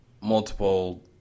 multiple